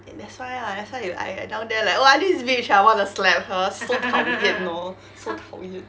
and that's why lah that's why I I down there like !wah! this bitch ah wanna slap her so 讨厌 lor so 讨厌